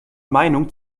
meinung